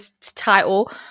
title